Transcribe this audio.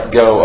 go